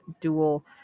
dual